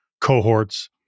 cohorts